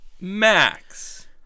Max